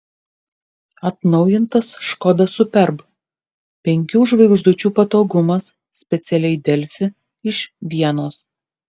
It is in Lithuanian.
atnaujintas škoda superb penkių žvaigždučių patogumas specialiai delfi iš vienos